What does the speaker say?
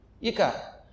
Ika